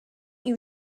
you